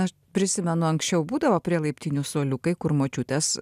aš prisimenu anksčiau būdavo prie laiptinių suoliukai kur močiutės